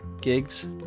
gigs